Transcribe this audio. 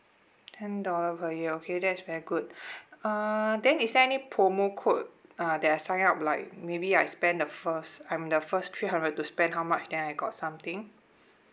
ten dollar per year okay that's very good uh then is there any promo code uh that I sign up like maybe I spend the first I'm the first three hundred to spend how much then I got something